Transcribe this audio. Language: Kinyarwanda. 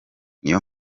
niyo